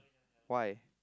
why